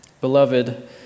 Beloved